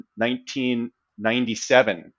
1997